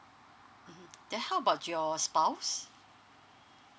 um then how about your spouse